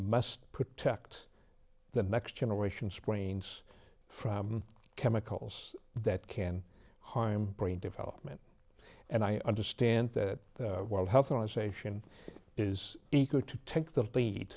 must protect the next generation sprains from chemicals that can harm brain development and i understand that world health organization is eager to take the lead